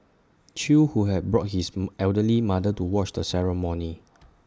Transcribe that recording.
chew who had brought his elderly mother to watch the ceremony